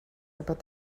about